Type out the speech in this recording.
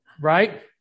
right